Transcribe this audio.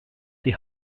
die